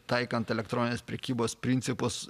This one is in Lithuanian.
taikant elektroninės prekybos principus